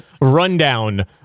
rundown